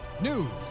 news